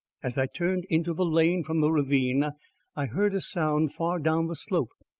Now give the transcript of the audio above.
as i turned into the lane from the ravine i heard a sound far down the slope,